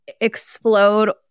explode